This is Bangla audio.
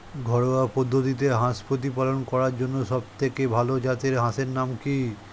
ঘরোয়া পদ্ধতিতে হাঁস প্রতিপালন করার জন্য সবথেকে ভাল জাতের হাঁসের নাম কি?